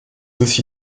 aussi